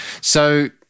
So-